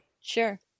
Sure